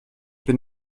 bin